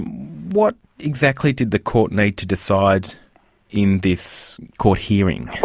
what exactly did the court need to decide in this court hearing?